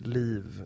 liv